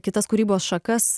kitas kūrybos šakas